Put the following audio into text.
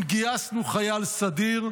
אם גייסנו חייל סדיר,